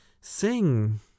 sing